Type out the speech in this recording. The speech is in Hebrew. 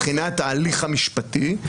מבחינת ההליך המשפטי,